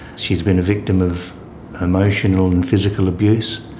she's been a victim of emotional and physical abuse.